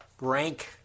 rank